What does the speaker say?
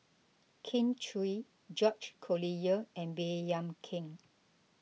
Kin Chui George Collyer and Baey Yam Keng